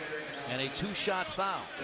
and a two-shot foul.